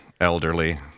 elderly